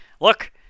look